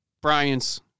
Brian's